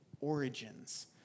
origins